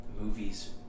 movies